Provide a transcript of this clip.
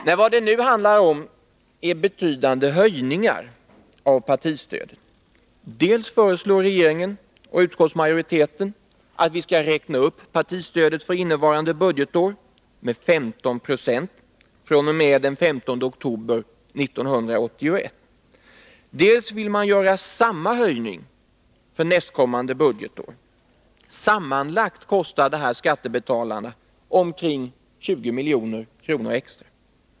Nej, vad det nu handlar om är betydande höjningar av partistödet. Dels föreslår regeringen och utskottsmajoriteten att vi skall räkna upp partistödet för innevarande budgetår med 15 9 fr.o.m. den 15 oktober 1981, dels vill man genomföra samma höjning för nästkommande budgetår. Sammanlagt kostar det här skattebetalarna omkring 20 milj.kr. extra.